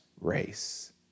race